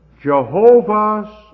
Jehovah's